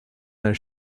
their